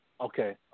Okay